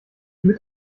mit